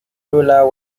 ruler